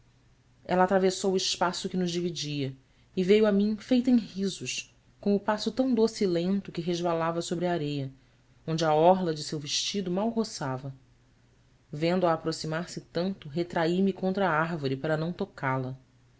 ela atravessou o espaço que nos dividia e veio a mim feita em risos com o passo tão doce e lento que resvalava sobre a areia onde a orla de seu vestido mal roçava vendo-a aproximar-se tanto retraí me contra a árvore para não tocá-la